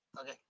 Okay